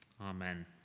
Amen